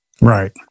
Right